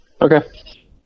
Okay